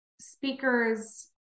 speakers